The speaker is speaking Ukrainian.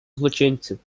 злочинців